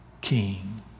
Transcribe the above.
king